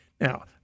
Now